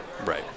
Right